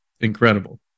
incredible